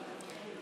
דקת דומייה?